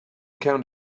count